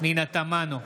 פנינה תמנו,